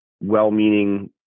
well-meaning